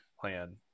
plan